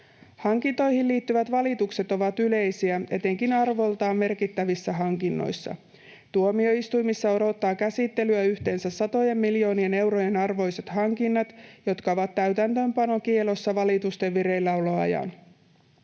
Hankintoihin liittyvät valitukset ovat yleisiä etenkin arvoltaan merkittävissä hankinnoissa. Tuomioistuimissa odottaa käsittelyä yhteensä satojen miljoonien eurojen arvoiset hankinnat, jotka ovat täytäntöönpanokiellossa valitusten vireilläoloajan.